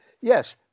yes